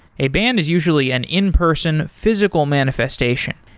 a band is usually an in-person physical manifestation.